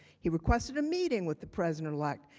he requested a meeting with the president elect.